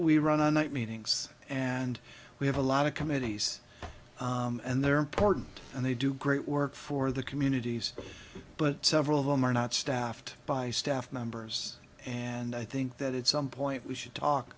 we run a night meetings and we have a lot of committees and they're important and they do great work for the communities but several of them are not staffed by staff members and i think that it's some point we should talk